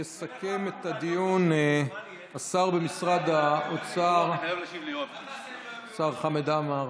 יסכם את הדיון השר במשרד האוצר השר חמד עמאר,